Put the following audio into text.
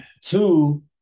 two